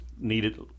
needed